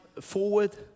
forward